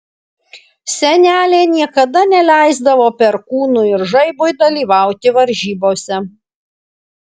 senelė niekada neleisdavo perkūnui ir žaibui dalyvauti varžybose